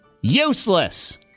useless